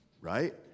right